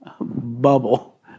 bubble